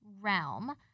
realm